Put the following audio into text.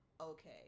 okay